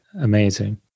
Amazing